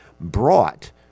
brought